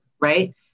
right